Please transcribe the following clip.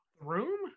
room